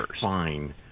fine